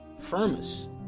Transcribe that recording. Firmus